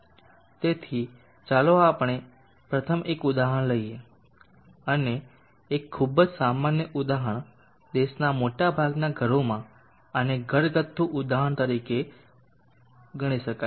તેથી ચાલો આપણે પ્રથમ એક ઉદાહરણ લઈએ એક ખૂબ જ સામાન્ય ઉદાહરણ દેશના મોટાભાગના ઘરોમાં આને ઘરગથ્થુ ઉદાહરણ તરીકે ગણી શકાય